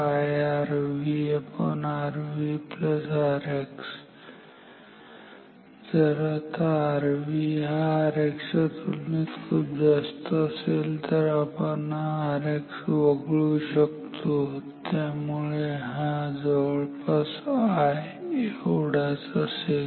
आता जर Rv Rx च्या तुलनेत खूप जास्त असेल तर आपण Rx वगळू शकतो आणि त्यामुळे हा जवळपास I एवढाच असेल